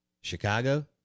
Chicago